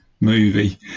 movie